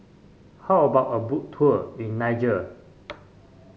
how about a Boat Tour in Niger